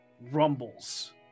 rumbles